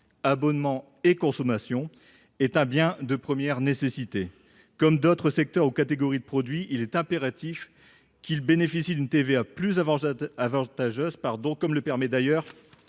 abonnement et consommation – est un bien de première nécessité. À l’instar d’autres secteurs ou catégories de produits, il est donc impératif qu’elle bénéficie d’une TVA plus avantageuse, ce que permet d’ailleurs